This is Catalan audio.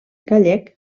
gallec